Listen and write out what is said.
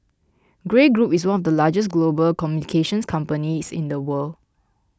Grey Group is one of the largest global communications companies in the world